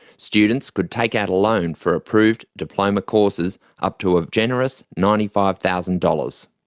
students could take out a loan for approved diploma courses, up to a generous ninety five thousand dollars.